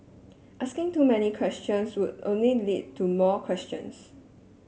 asking too many questions would only lead to more questions